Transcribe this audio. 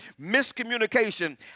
miscommunication